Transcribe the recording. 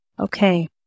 okay